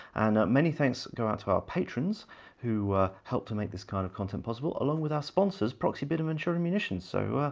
and many thanks go out to our patrons who help to make this kind of content possible, along with our sponsors, proxibid and ventura ammunitions, so,